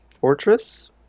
Fortress